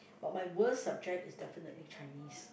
but my worst subject is definitely Chinese